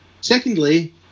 Secondly